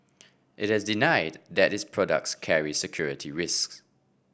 it has denied that its products carry security risks